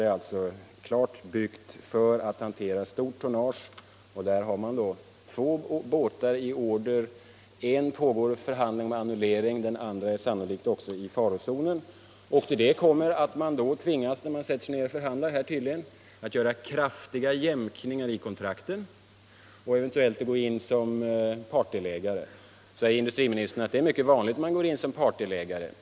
Den nya dockan är klart byggd för att där skall kunna hanteras stort tonnage, och där har man då två båtar i order. Beträffande en av dem pågår förhandlingar om annullering av beställningen, och även den andra är sannolikt i farozonen. Till detta kommer att man när man sätter sig ner för att förhandla tydligen kommer att tvingas göra kraftiga jämkningar i kontrakten och eventuellt gå in som partdelägare. Då säger industriministern att det är mycket vanligt att varven går in som partdelägare.